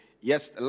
yes